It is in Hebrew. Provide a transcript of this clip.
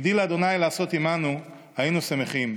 הגדיל ה' לעשות עמנו היינו שמחים.